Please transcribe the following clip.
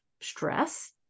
stress